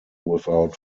without